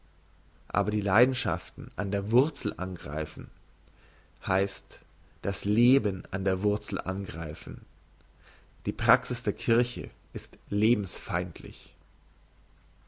aber die leidenschaften an der wurzel angreifen heisst das leben an der wurzel angreifen die praxis der kirche ist lebensfeindlich